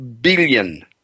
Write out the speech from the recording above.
billion